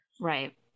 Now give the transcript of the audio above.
right